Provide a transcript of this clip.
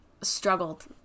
struggled